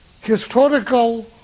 historical